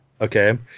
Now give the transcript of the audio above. Okay